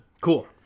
Cool